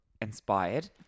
inspired